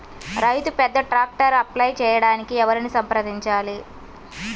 రైతు పెద్ద ట్రాక్టర్కు అప్లై చేయడానికి ఎవరిని సంప్రదించాలి?